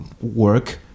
work